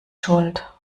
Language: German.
schuld